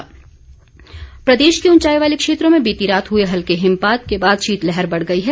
मौसम प्रदेश के ऊंचाई वाले क्षेत्रों में बीती रात हुए हिमपात के बाद शीतलहर बढ़ गई है